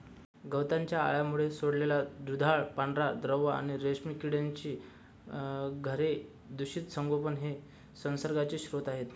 गवताच्या अळ्यांमुळे सोडलेला दुधाळ पांढरा द्रव आणि रेशीम किड्यांची घरांचे दूषित संगोपन हे संसर्गाचे स्रोत आहे